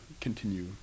continue